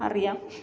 അറിയാം